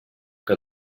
que